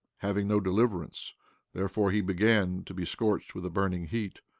having no deliverance therefore he began to be scorched with a burning heat.